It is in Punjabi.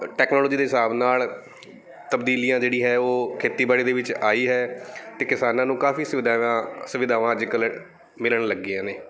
ਟੈਕਨੋਲੋਜੀ ਦੇ ਹਿਸਾਬ ਨਾਲ ਤਬਦੀਲੀਆਂ ਜਿਹੜੀਆਂ ਹੈ ਉਹ ਖੇਤੀਬਾੜੀ ਦੇ ਵਿੱਚ ਆਈ ਹੈ ਅਤੇ ਕਿਸਾਨਾਂ ਨੂੰ ਕਾਫੀ ਸੁਵਿਧਾਵਾਂ ਸੁਵਿਧਾਵਾਂ ਅੱਜ ਕੱਲ੍ਹ ਮਿਲਣ ਲੱਗੀਆਂ ਨੇ